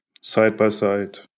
side-by-side